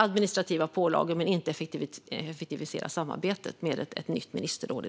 administrativa pålagor utan att samarbetet effektiviseras.